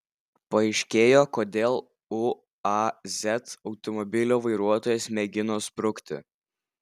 paaiškėjo kodėl uaz automobilio vairuotojas mėgino sprukti